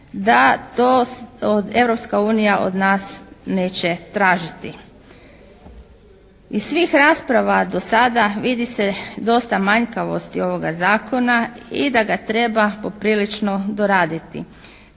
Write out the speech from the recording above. da to Europska unija od nas neće tražiti. Iz svih rasprava do sada vidi se dosta manjkavosti ovoga zakona i da ga treba poprilično doraditi,